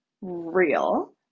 real